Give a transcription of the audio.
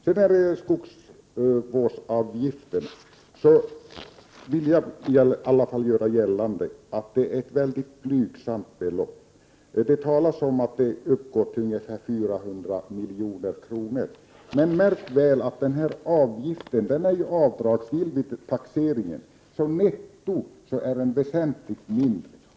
När det gäller skogsvårdsavgiften vill jag i alla fall göra gällande att det är fråga om ett mycket blygsamt belopp. Det talas om att avgiften uppgår till ungefär 400 milj.kr., men märk väl att avgiften är avdragsgill vid taxeringen. Netto blir alltså avgiften väsentligt lägre.